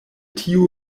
tiu